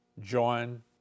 join